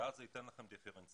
אז זה ייתן לכם דיפרנציאציה.